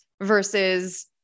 versus